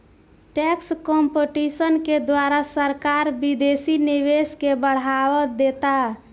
tax competition के द्वारा सरकार विदेशी निवेश के बढ़ावा देता